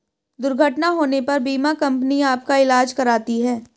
दुर्घटना होने पर बीमा कंपनी आपका ईलाज कराती है